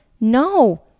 no